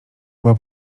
była